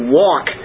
walk